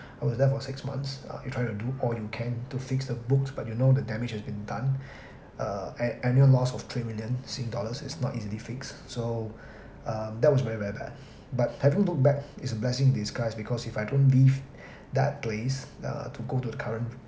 I was there for six months uh you try to do all you can to fix the books but you know the damage has been done uh a~ annual loss of three million sing dollars is not easily fixed so um that was very very bad but having looked back is a blessing in disguise because if I don't leave that place uh to go to the current